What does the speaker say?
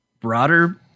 broader